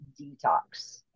detox